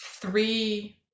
three